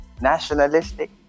nationalistic